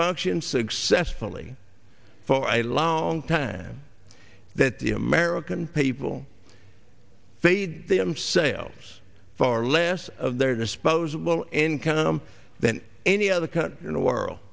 functioned successfully for a long time that the american people fade themselves far less of their disposable income than any other country in the world